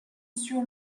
sur